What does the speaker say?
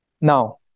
Now